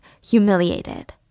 humiliated